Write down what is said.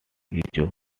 echo